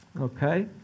Okay